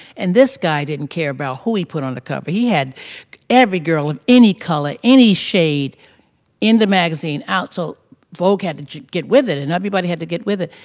and this guy didn't care about who we put on the cover. he had every girl of any color, any shade in the magazine out. so vogue had to get with it and everybody had to get with it.